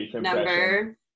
number